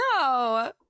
no